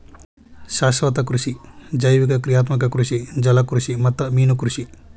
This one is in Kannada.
ಶಾಶ್ವತ ಕೃಷಿ ಜೈವಿಕ ಕ್ರಿಯಾತ್ಮಕ ಕೃಷಿ ಜಲಕೃಷಿ ಮತ್ತ ಮೇನುಕೃಷಿ